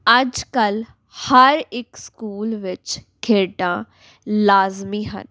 ਅੱਜ ਕੱਲ੍ਹ ਹਰ ਇੱਕ ਸਕੂਲ ਵਿੱਚ ਖੇਡਾਂ ਲਾਜ਼ਮੀ ਹਨ